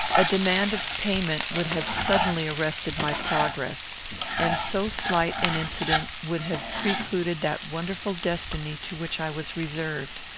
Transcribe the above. a demand of payment would have suddenly arrested my progress and so slight an incident would have precluded that wonderful destiny to which i was reserved.